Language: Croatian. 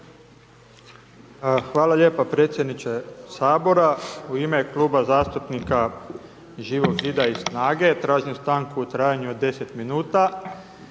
Hvala lijepa predsjedniče Sabora, u ime Kluba zastupnika Živog zida i SNAGA-e tražim stanku u trajanju od 10 minuta